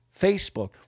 Facebook